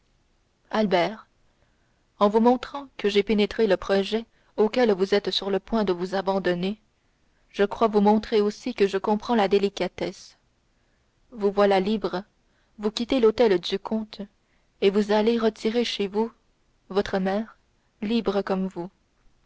albert en vous montrant que j'ai pénétré le projet auquel vous êtes sur le point de vous abandonner je crois vous montrer aussi que je comprends la délicatesse vous voilà libre vous quittez l'hôtel du comte et vous allez retirer chez vous votre mère libre comme vous